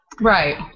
Right